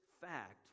fact